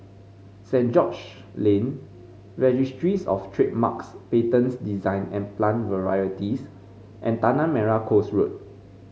Saint George Lane Registries Of Trademarks Patents Design and Plant Varieties and Tanah Merah Coast Road